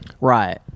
Right